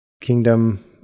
kingdom